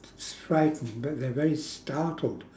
frightened but they're very startled